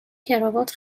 کراوات